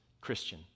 Christian